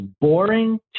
boring